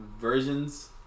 versions